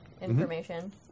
information